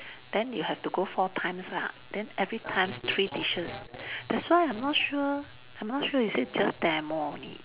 then you have to go four times lah then every time three dishes that's why I'm not sure I'm not sure is it just demo only